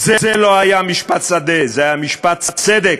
זה לא היה משפט שדה, זה היה משפט צדק,